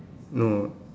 no